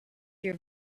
your